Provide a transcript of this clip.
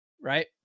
right